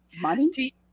money